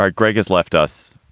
greg greg has left us,